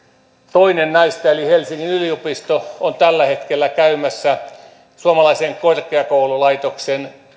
toinen näistä eli helsingin yliopisto on tällä hetkellä käymässä suomalaisen korkeakoululaitoksen